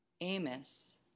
Amos